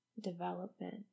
development